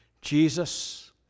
Jesus